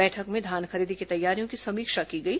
बैठक में धान खरीदी की तैयारियों की समीक्षा की गई